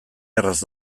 erraz